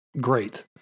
great